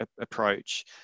approach